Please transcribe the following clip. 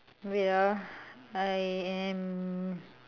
wait ah I am